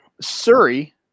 Surrey